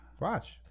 Watch